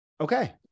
Okay